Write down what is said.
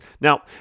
Now